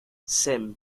семь